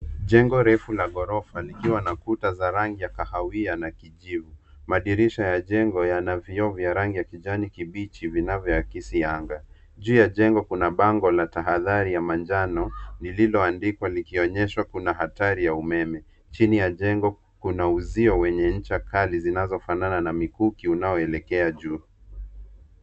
Jengo refu la ghorofa likiwa na kuta za rangi ya kahawia na kijivu. Madirisha ya jengo yana vioo vya rangi ya kijani kibichi vinavyoakisi anga. Juu ya jengo kuna bango la tahadhari la manjano lililoandikwa likionyesha kuna hatari ya umeme. Chini ya jengo kuna uzio wenye ncha kali zinazofanana na mikuki inayoelekea juu.